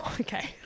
okay